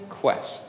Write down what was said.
Quest